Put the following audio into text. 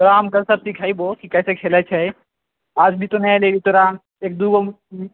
तोरा हम कलसँ सीखेबौ की कैसे खेलै छै आज भी तू नहि एलै तोरा एक दू गो